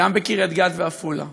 וגם בקריית-גת ועפולה.